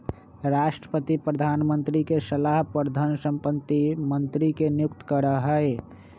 राष्ट्रपति प्रधानमंत्री के सलाह पर धन संपत्ति मंत्री के नियुक्त करा हई